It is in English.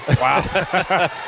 Wow